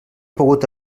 pogut